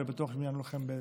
ובטוח שהם יענו לכם בהתאם.